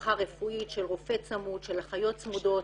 השגחה רפואית של רופא צמוד, של אחיות צמודות,